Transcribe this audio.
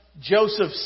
Joseph